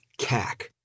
CAC